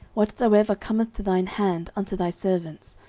whatsoever cometh to thine hand unto thy servants,